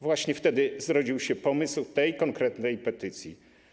Właśnie wtedy zrodził się pomysł tej konkretnej petycji.